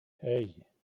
hey